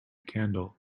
candle